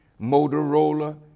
Motorola